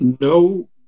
No